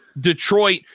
Detroit